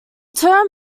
term